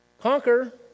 Conquer